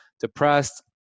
depressed